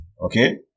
Okay